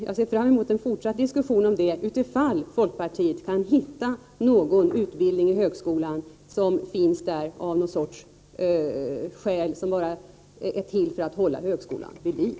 Jag ser fram mot en fortsatt diskussion om detta, om folkpartiet kan hitta någon utbildning i högskolan som finns bara av det skälet att den skall hålla högskolan vid liv.